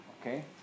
okay